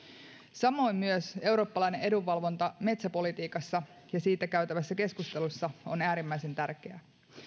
samoin myös eurooppalainen edunvalvonta metsäpolitiikassa ja siitä käytävässä keskustelussa on äärimmäisen tärkeää